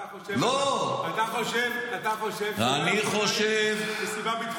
אתה חושב שהוא לא יכול להעיד מסיבה ביטחונית?